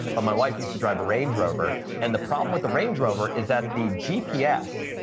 but my wife used to drive a range rover and the problem with the range rover is that the gps,